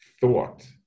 thought